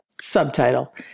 subtitle